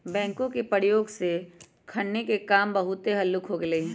backhoe के प्रयोग से खन्ने के काम बहुते हल्लुक हो गेलइ ह